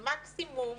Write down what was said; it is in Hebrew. מקסימום